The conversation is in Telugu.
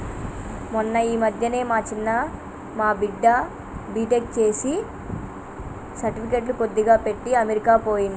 మొన్న ఈ మధ్యనే మా చిన్న మా బిడ్డ బీటెక్ చేసి సర్టిఫికెట్లు కొద్దిగా పెట్టి అమెరికా పోయిండు